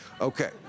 Okay